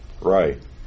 Right